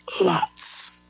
lots